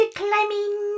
climbing